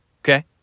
Okay